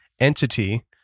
entity